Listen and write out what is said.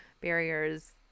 barriers